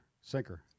sinker